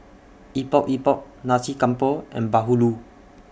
Epok Epok Nasi Campur and Bahulu